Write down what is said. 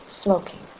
smoking